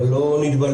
אבל לא להתבלבל,